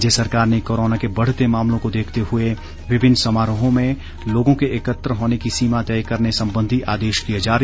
राज्य सरकार ने कोरोना के बढ़ते मामलों को देखते हुए विभिन्न समारोहों में लोगों के एकत्र होने की सीमा तय करने संबंधी आदेश किए जारी